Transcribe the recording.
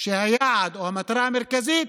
שהיעד או המטרה המרכזית,